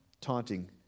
taunting